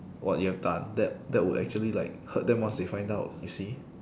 what you have done that that will actually like hurt them once they find out you see